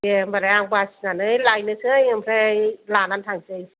दे होनबालाय आं बासिनानै लायनोसै ओमफ्राय लानानै थांसै